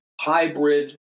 hybrid